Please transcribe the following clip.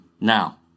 Now